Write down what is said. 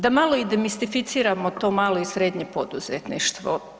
Da malo i demistificiramo to malo i srednje poduzetništvo.